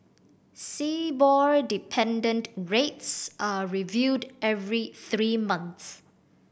Sibor dependent rates are reviewed every three months